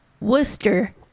Worcester